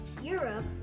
Europe